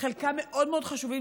חלקם מאוד מאוד חשובים,